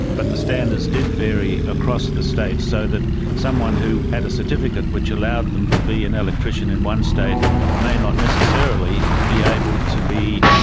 but the standards did vary across the states so that someone who had a certificate which allowed them to be an electrician in one state may not necessarily be able to be,